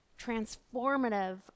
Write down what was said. transformative